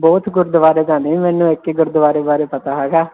ਬਹੁਤ ਗੁਰਦੁਆਰੇ ਤਾਂ ਨਹੀਂ ਮੈਨੂੰ ਇੱਕ ਗੁਰਦੁਆਰੇ ਬਾਰੇ ਪਤਾ ਹੈਗਾ